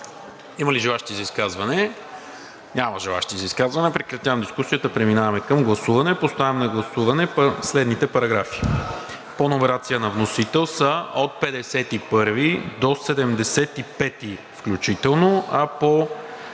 Има ли желаещи за изказване? Няма. Прекратявам дискусията и преминаваме към гласуване. Поставям на гласуване следните параграфи: по номерация на вносител са от § 51 до § 75 включително, а по